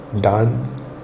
done